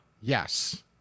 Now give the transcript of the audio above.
yes